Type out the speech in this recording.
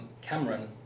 Cameron